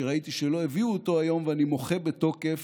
שראיתי שלא הביאו אותו היום, ואני מוחה בתוקף.